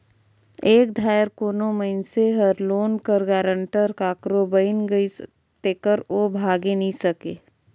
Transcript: एक धाएर कोनो मइनसे हर लोन कर गारंटर काकरो बइन गइस तेकर ओ भागे नी सके